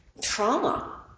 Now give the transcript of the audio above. trauma